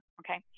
okay